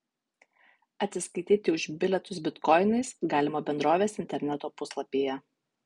atsiskaityti už bilietus bitkoinais galima bendrovės interneto puslapyje